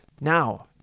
now